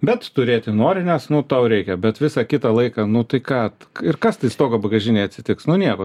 bet turėti nori nes nu tau reikia bet visą kitą laiką nu tai kad ir kas tai stogo bagažinei atsitiks nu nieko